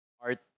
Art